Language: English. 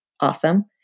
awesome